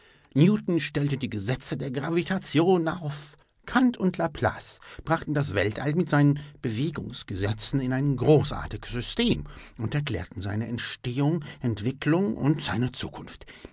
newton stellte die gesetze der gravitation auf kant und laplace brachten das weltall mit seinen bewegungsgesetzen in ein großartiges system und erklärten seine entstehung entwicklung und seine zukunft